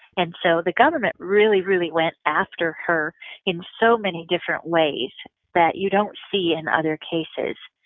and so the government really, really went after her in so many different ways that you don't see in other cases.